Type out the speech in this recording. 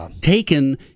taken